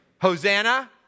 Hosanna